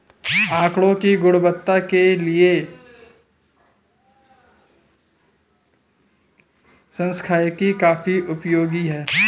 आकड़ों की गुणवत्ता के लिए सांख्यिकी काफी उपयोगी है